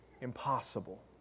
impossible